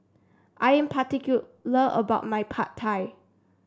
I am particular about my Pad Thai